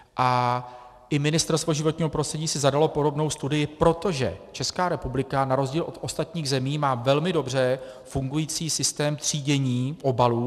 A i Ministerstvo životního prostředí si zadalo podobnou studii, protože Česká republika na rozdíl od ostatních zemí má velmi dobře fungující systém třídění obalů.